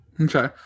Okay